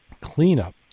cleanup